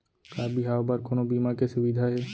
का बिहाव बर कोनो बीमा के सुविधा हे?